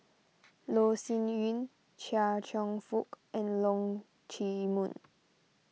Loh Sin Yun Chia Cheong Fook and Leong Chee Mun